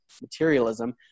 materialism